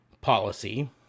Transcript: policy